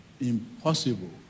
impossible